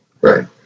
Right